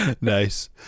Nice